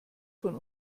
von